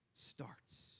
starts